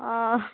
অ'